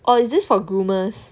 or is this for groomers